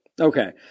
Okay